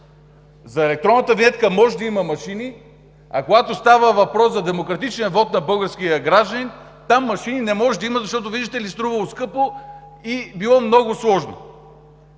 за електронната винетка може да има машини, а когато става въпрос за демократичния вот на българския гражданин, не може да има машини, защото, виждате ли, струвало скъпо и било много сложно.